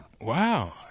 wow